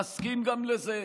נסכים גם לזה.